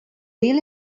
real